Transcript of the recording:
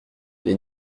les